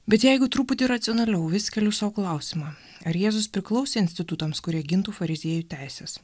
bet jeigu truputį racionaliau vis keliu sau klausimą ar jėzus priklausė institutams kurie gintų fariziejų teises